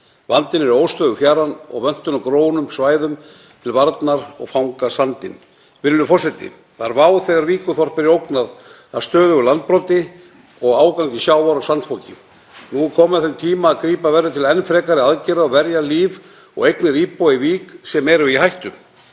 Vandinn er óstöðug fjaran og vöntun á grónum svæðum til varnar og til að fanga sandinn. Virðulegur forseti. Það er vá þegar Víkurþorpi er ógnað af stöðugu landbroti og ágangi sjávar og sandfoki. Nú er komið að þeim tíma að grípa verður til enn frekari aðgerða og verja líf og eignir íbúa í Vík sem eru í hættu.